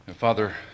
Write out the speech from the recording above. Father